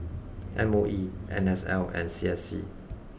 M O E N S L and C S C